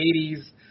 80s